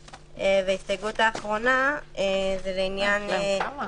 ההסתייגות האחרונה היא לעניין 12ה להצעת החוק.